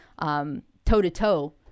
toe-to-toe